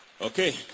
Okay